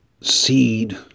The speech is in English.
seed